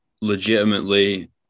legitimately